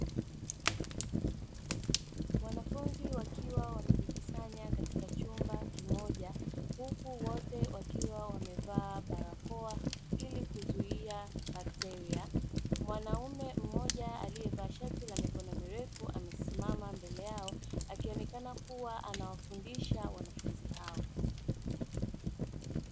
Wanafunzi wakiwa wamejikusanya katika chumba kimoja huku wote wakiwa wamevaa barakoa, ili kuzuia bakteria. Mwanaume mmoja aliyevaa shati la mikono mirefu amesimama mbele yao, akioneka kuwa anawafundisha wanafunzi hao.